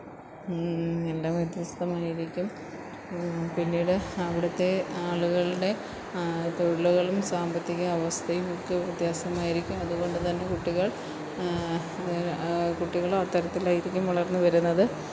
എല്ലാം വ്യത്യസ്തമായിരിക്കും പിന്നീട് അവിടുത്തെ ആളുകളുടെ തൊഴിലുകളും സാമ്പത്തിക അവസ്ഥയും ഒക്കെ വ്യത്യാസമായിരിക്കും അതുകൊണ്ടു തന്നെ കുട്ടികള് ഇത് കുട്ടികളും അത്തരത്തിലായിരിക്കും വളര്ന്ന് വരുന്നത്